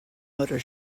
motor